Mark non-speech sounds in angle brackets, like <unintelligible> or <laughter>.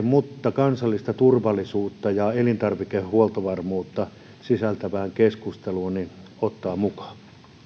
<unintelligible> mutta kansallista turvallisuutta ja elintarvikehuoltovarmuutta sisältävä keskustelu ottaa mukaan